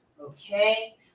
Okay